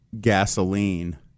gasoline